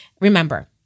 remember